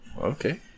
Okay